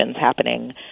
happening